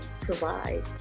provide